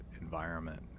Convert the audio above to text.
environment